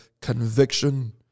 conviction